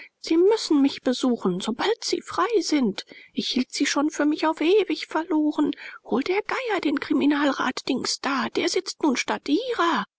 sie müssen mich besuchen sobald sie frei sind ich hielt sie schon für mich auf ewig verloren hol der geier den kriminalrat dings da der sitzt nun statt ihrer